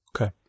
Okay